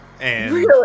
And-